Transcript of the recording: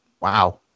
Wow